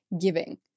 giving